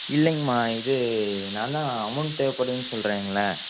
இல்லைங்கம்மா இது நான்தான் அமௌன்ட் தேவைப்படுதுன்னு சொல்கிறேன்ல